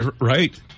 right